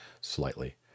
slightly